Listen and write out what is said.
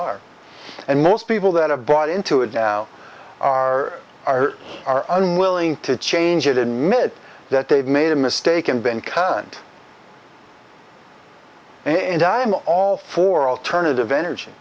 are and most people that have bought into it now are are are unwilling to change it in minute that they've made a mistake and been current and i am all for alternative energy